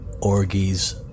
Orgies